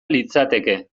litzateke